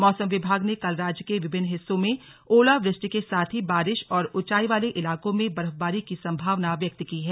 मौसम विभाग ने कल राज्य के विभिन्न हिस्सों में ओलावृष्टि के साथ ही बारिश और ऊंचाई वाले इलाकों में बर्फबारी की संभावना व्यक्त की है